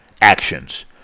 Actions